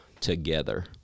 together